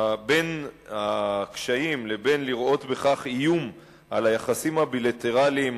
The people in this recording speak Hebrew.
בין הקשיים לבין לראות בכך איום על היחסים הבילטרליים